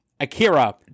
Akira